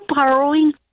borrowing